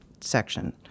section